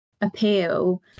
appeal